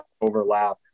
overlap